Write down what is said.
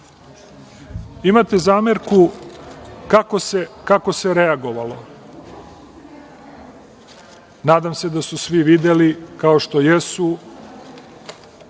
zamerku kako se reagovalo. Nadam se da su svi videli, kao što jesu,